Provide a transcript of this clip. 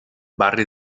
barri